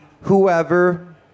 whoever